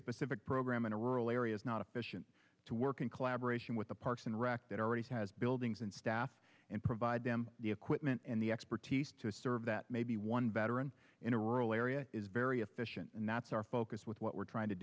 specific program in a rural area is not efficient to work in collaboration with the parks and rec that already has buildings and staff and provide them the equipment and the expertise to serve that maybe one veteran in a rural area is very efficient and that's our focus with what we're trying to